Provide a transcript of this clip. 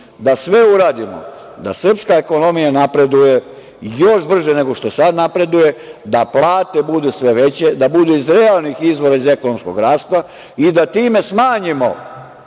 da sve uradimo da srpska ekonomija napreduju još brže nego što sada napreduje, da plate budu sve veće, da bude iz realnih izvora iz ekonomskog rasta i da time smanjimo